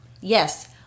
Yes